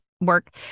work